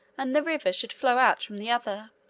and the river should flow out from the other.